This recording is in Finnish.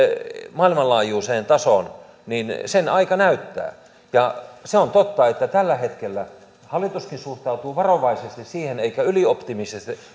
maailmanlaajuiseen tasoon sen aika näyttää ja se on totta että tällä hetkellä hallituskin suhtautuu varovaisesti siihen eikä ylioptimistisesti